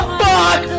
fuck